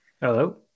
Hello